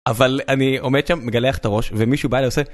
אבל אני עומד שם מגלח את הראש ומישהו בא